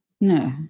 No